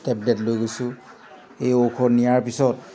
tablet লৈ গৈছোঁ এই ঔষধ নিয়াৰ পিছত